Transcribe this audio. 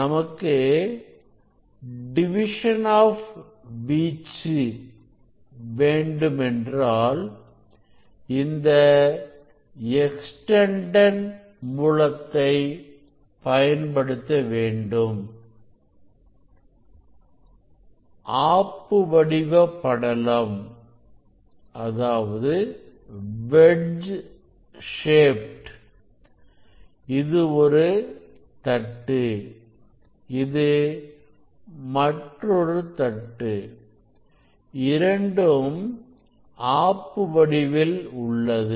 நமக்கு division of வீச்சு வேண்டுமென்றால் இந்த எக்ஸ்டெண்டெட் மூலத்தை பயன்படுத்த வேண்டும் ஆப்பு வடிவ படலம் இது ஒரு இது ஒரு தட்டு இது மற்றொரு தட்டு இரண்டும் ஆப்பு வடிவில்உள்ளது